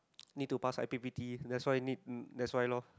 need to pass i_p_p_t that's why need that's why lor